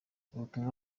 ubutumwa